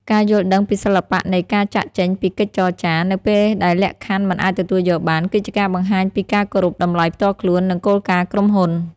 ការយល់ដឹងពីសិល្បៈនៃ "ការចាកចេញពីកិច្ចចរចា" នៅពេលដែលលក្ខខណ្ឌមិនអាចទទួលយកបាន គឺជាការបង្ហាញពីការគោរពតម្លៃផ្ទាល់ខ្លួន និងគោលការណ៍ក្រុមហ៊ុន។